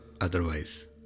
otherwise